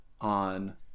on